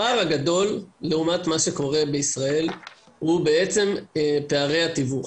הפער הגדול לעומת מה שקורה בישראל הוא בעצם פערי התיווך.